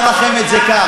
אומר לכם את זה כך,